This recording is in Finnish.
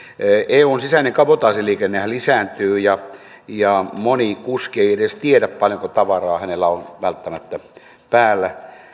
eun sisäinen kabotaasiliikennehän lisääntyy ja ja moni kuski ei välttämättä edes tiedä paljonko tavaraa hänellä on päällä